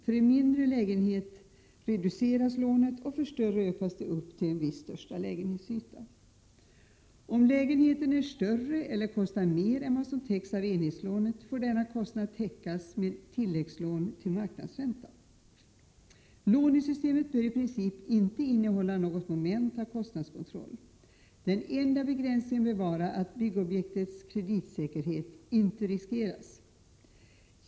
För mindre lägenheter reduceras lånet, och för större lägenheter ökas det upp till en viss största lägenhetsyta. Om lägenheten är större eller kostar mer än vad som täcks av enhetslånet, får denna kostnad täckas med tilläggslån till marknadsränta. Lånesystemet bör i princip inte innehålla något moment av kostnadskontroll. Den enda begränsningen bör vara att byggobjektets kreditsäkerhet inte riskeras.